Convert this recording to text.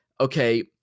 okay